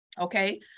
Okay